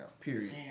Period